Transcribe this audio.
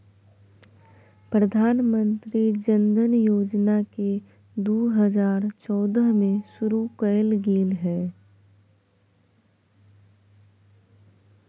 प्रधानमंत्री जनधन योजना केँ दु हजार चौदह मे शुरु कएल गेल रहय